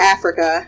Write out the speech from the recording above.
Africa